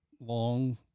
long